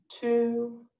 two